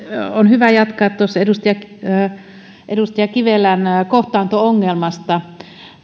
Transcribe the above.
on hyvä jatkaa tuosta edustaja kivelän kohtaanto ongelmasta